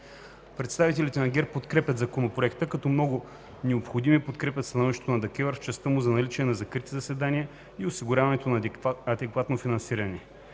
Представителите на ГЕРБ подкрепят Законопроекта като много необходим и подкрепят становището на ДКЕВР в частта му за наличие на закрити заседания и осигуряване на адекватно финансиране